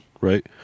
right